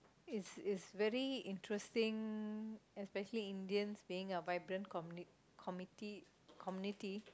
it's it's very interesting especially Indians being a vibrant communi~ committee community